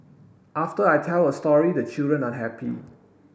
after I tell a story the children are happy